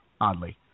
oddly